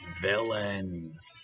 villains